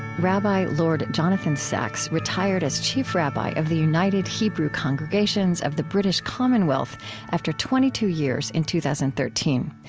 rabbi lord jonathan sacks retired as chief rabbi of the united hebrew congregations of the british commonwealth after twenty two years in two thousand and thirteen.